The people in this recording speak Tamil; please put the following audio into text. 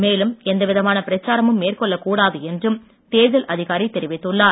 மேலும் எந்தவிதமான பிரச்சாரமும் மேற்கொள்ளக் கூடாது என்றும் தேர்தல் அதிகாரி தெரிவித்துள்ளார்